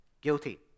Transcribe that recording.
guilty